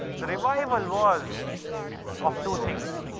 the revival was of two things.